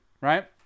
right